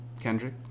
Kendrick